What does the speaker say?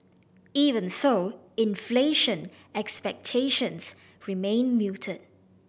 even so inflation expectations remain muted